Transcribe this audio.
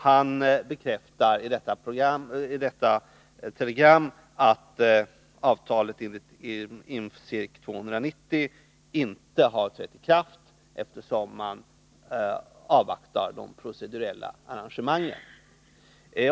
Han bekräftar i detta telegram att avtalet i Infeirk 290 inte har trätt i kraft, eftersom man avvaktar de procedurella arrangemangen.